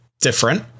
different